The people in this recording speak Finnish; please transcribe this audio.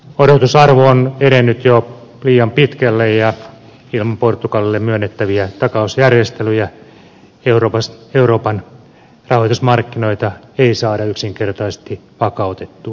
odotusarvo on edennyt jo liian pitkälle ja ilman portugalille myönnettäviä takausjärjestelyjä euroopan rahoitusmarkkinoita ei saada yksinkertaisesti vakautettua